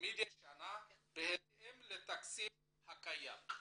מדי שנה בהתאם לתקציב הקיים.